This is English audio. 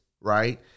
right